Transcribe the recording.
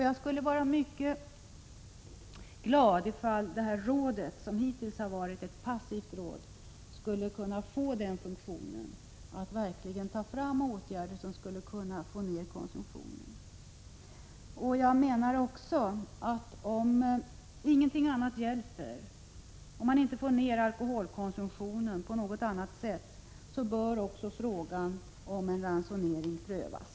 Jag skulle vara mycket glad om det tillsatta rådet, som hittills har varit passivt, skulle kunna få funktionen att verkligen ta fram åtgärder som skulle kunna få ned konsumtionen. Om ingenting annat hjälper, om man inte får ned alkoholkonsumtionen på något annat sätt bör också frågan om en ransonering prövas.